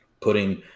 putting